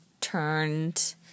turned